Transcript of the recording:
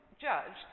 judged